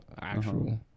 actual